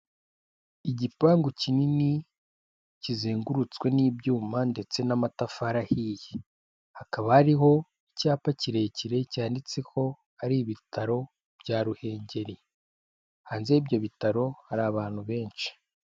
Igipangu kinini kizengurutswe n'ibyuma ndetse n'amatafari ahiye. Hakaba hariho icyapa kirekire cyanditseho, hari ibitaro bya Ruhengeri. Hanze y'ibyo bitaro hari abantu benshi.